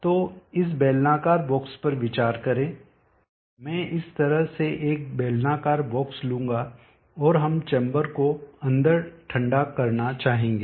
तो इस बेलनाकार बॉक्स पर विचार करें मैं इस तरह से एक बेलनाकार बॉक्स लूंगा और हम चैम्बर को अंदर ठंडा करना चाहेंगे